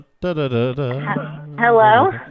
Hello